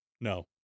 No